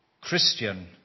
Christian